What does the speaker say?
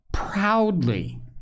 Proudly